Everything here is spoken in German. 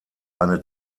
eine